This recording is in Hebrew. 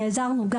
אנחנו נעזרנו,